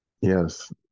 Yes